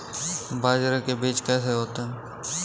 बाजरे के बीज कैसे होते हैं?